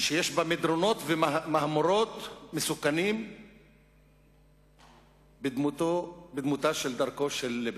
שיש בה מדרונות ומהמורות מסוכנים בדמות דרכו של ליברמן.